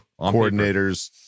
coordinators